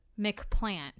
McPlant